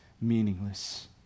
meaningless